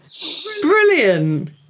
Brilliant